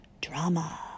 drama